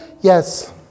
Yes